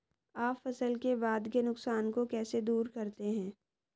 आप फसल के बाद के नुकसान को कैसे दूर करते हैं?